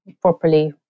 properly